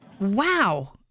Wow